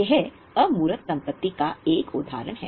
यह अमूर्त संपत्ति का एक उदाहरण है